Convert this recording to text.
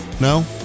No